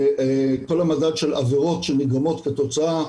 כל המדד של עבירות שנגרמות כתוצאה,